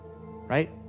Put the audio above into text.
right